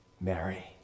Mary